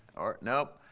or nope,